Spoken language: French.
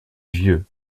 vieux